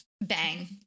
bang